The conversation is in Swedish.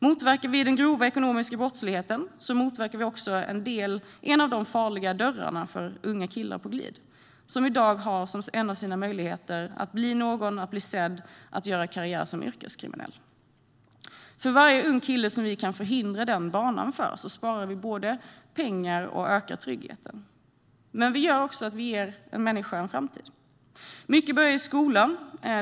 Motverkar vi den grova ekonomiska brottsligheten motverkar vi också en av de farliga dörrarna för unga killar på glid som i dag har som en av sina möjligheter att bli någon, att bli sedd, genom att göra karriär som yrkeskriminell. För varje ung kille vi kan förhindra på den banan sparar vi både pengar och ökar tryggheten. Men vi ger också en människa en framtid. Mycket börjar i skolan.